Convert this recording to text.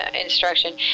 instruction